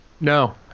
No